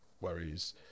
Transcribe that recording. worries